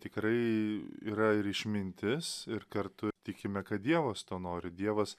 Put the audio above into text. tikrai yra ir išmintis ir kartu tikime kad dievas to nori dievas